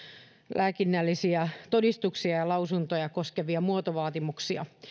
lääkintölaillisia todistuksia ja lausuntoja koskevia muotovaatimuksia